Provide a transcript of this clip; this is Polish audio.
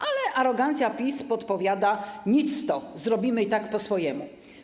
Ale arogancja PiS podpowiada: nic to, zrobimy i tak po swojemu.